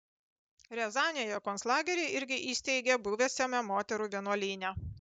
riazanėje konclagerį irgi įsteigė buvusiame moterų vienuolyne